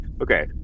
Okay